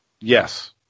Yes